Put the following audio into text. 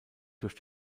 durch